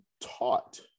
taught